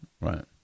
Right